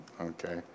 Okay